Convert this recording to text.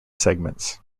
segments